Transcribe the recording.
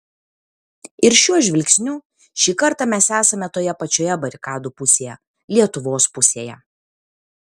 ir šiuo žvilgsniu šį kartą mes esame toje pačioje barikadų pusėje lietuvos pusėje